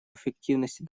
эффективности